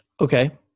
Okay